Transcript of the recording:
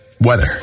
Weather